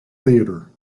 theater